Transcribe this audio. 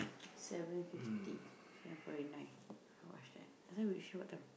seven fifty seven Forty Nine not much time just now we show what time